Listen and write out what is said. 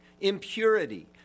impurity